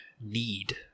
need